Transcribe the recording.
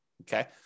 okay